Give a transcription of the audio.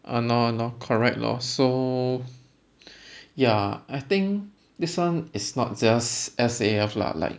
!hannor! !hannor! correct lor so ya I think this one is not just S_A_F lah like